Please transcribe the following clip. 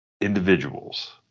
individuals